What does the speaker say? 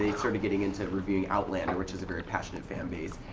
ah sort of getting into reviewing outlander, which is a very passionate fan base,